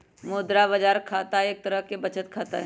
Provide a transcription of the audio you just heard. मुद्रा बाजार खाता एक तरह के बचत खाता हई